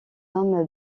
homme